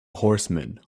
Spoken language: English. horsemen